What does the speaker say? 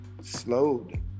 slowed